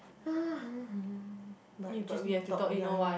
but just need to talk ya I know